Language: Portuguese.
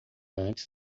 antes